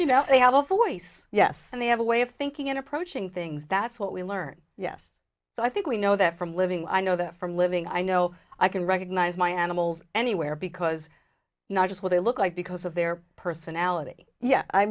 voice yes and they have a way of thinking in approaching things that's what we learn yes so i think we know that from living i know that from living i know i can recognize my animals anywhere because not just what they look like because of their personality yeah i